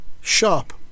Sharp